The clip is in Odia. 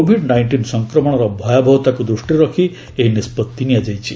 କୋଭିଡ୍ ନାଇଣ୍ଟିନ୍ ସଂକ୍ରମଣର ଭୟାବହତାକୁ ଦୃଷ୍ଟିରେ ରଖି ଏହି ନିଷ୍କଭି ନିଆଯାଇଛି